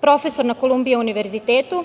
profesor na Kolumbija univerzitetu,